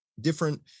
Different